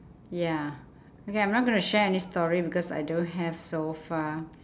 ya okay I'm not gonna share any story because I don't have so far